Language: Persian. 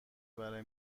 برای